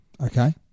okay